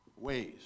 ways